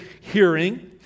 hearing